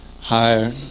higher